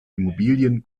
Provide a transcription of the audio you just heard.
immobilien